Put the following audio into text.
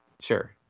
Sure